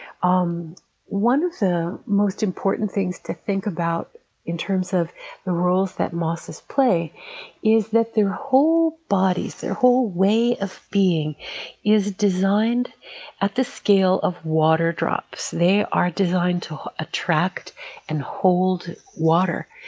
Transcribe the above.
um one of the most important things to think about in terms of the roles that mosses play is that their whole bodies, their whole way of being is designed at the scale of water drops. they are designed to attract and hold water.